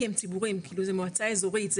כי הם ציבוריים זה מועצה אזורית,